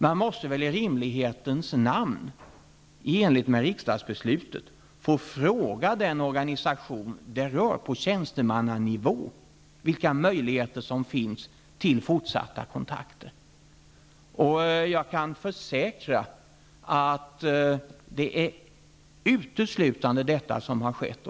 Man måste väl i rimlighetens namn i enlighet med riksdagsbeslutet få på tjänstemannanivå fråga den organisation det rör vilka möjligheter till fortsatta kontakter som finns. Jag kan försäkra att det är uteslutande detta som har skett.